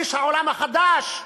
איש העולם החדש,